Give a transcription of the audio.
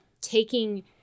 taking